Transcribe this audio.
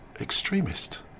extremist